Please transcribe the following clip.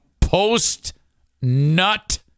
post-nut